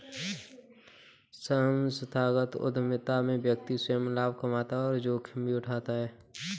संस्थागत उधमिता में व्यक्ति स्वंय लाभ कमाता है और जोखिम भी उठाता है